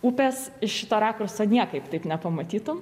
upės iš šito rakurso niekaip taip nepamatytum